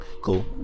Cool